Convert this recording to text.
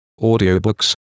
audiobooks